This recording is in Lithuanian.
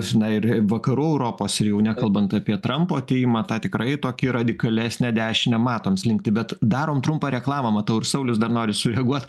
žinai ir vakarų europos ir jau nekalbant apie trampo atėjimą tą tikrai tokį radikalesnę dešinę matom slinktį bet darom trumpą reklamą matau ir saulius dar nori sureaguot